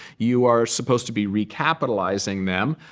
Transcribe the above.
you are supposed to be recapitalizing them,